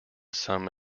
some